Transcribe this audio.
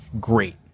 great